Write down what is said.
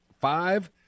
five